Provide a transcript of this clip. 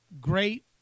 great